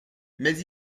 mais